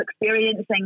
experiencing